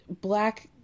black